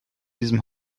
diesem